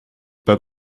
but